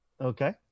Okay